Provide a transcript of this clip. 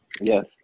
Yes